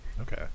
Okay